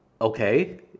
okay